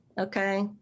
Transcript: okay